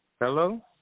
Hello